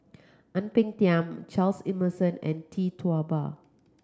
Ang Peng Tiam Charles Emmerson and Tee Tua Ba